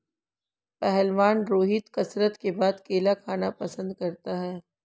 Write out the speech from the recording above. पहलवान रोहित कसरत के बाद केला खाना पसंद करता है